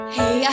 Hey